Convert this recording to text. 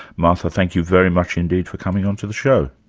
martha, thank you very much indeed for coming on to the show.